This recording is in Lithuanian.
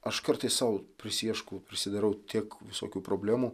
aš kartais sau prisiieškau prisidarau tiek visokių problemų